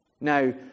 Now